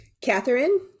Catherine